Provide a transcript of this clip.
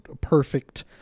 perfect